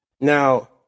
Now